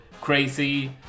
crazy